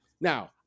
now